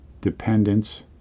dependence